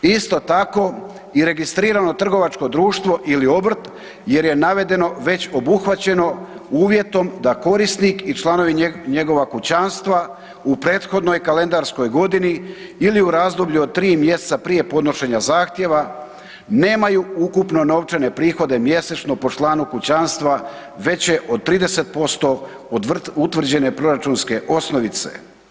Isto tako, i registrirano trgovačko društvo ili obrt jer je navedeno već obuhvaćeno uvjetom da korisnik i članovi njegovog kućanstva u prethodnoj kalendarskoj godini ili u razdoblju od 3 mjeseca prije podnošenja zahtjeva nemaju ukupno novčane prihode mjesečno po članu kućanstva veće od 30% od utvrđene proračunske osnovice.